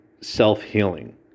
self-healing